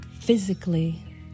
physically